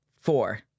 Four